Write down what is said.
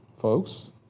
folks